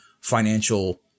financial